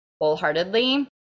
wholeheartedly